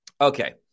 Okay